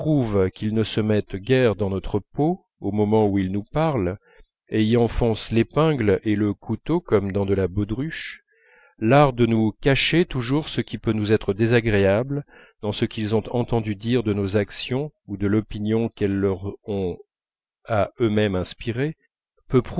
qu'ils ne se mettent guère dans notre peau au moment où ils nous parlent et y enfoncent l'épingle et le couteau comme dans de la baudruche l'art de nous cacher toujours ce qui peut nous être désagréable dans ce qu'ils ont entendu dire de nos actions ou dans l'opinion qu'elles leur ont à eux-mêmes inspirée